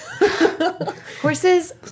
Horses